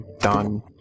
done